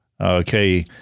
okay